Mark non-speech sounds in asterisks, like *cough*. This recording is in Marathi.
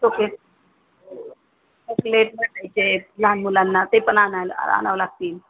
*unintelligible* केक चॉकलेट *unintelligible* पाहिजेत लहान मुलांना ते पण आणायला आ आणावं लागतील